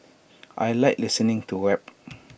I Like listening to rap